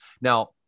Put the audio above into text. Now